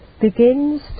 begins